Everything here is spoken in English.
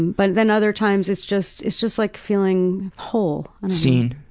but then other times, it's just, it's just like, feeling whole. seen.